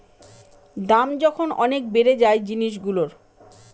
দাম যখন অনেক বেড়ে যায় জিনিসগুলোর